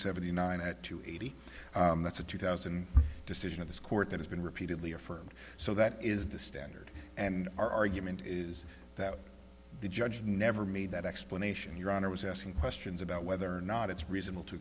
seventy nine at two eighty that's a two thousand decision of this court that has been repeatedly affirmed so that is the standard and our argument is that the judge never made that explanation your honor was asking questions about whether or not it's reasonable to